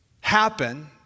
happen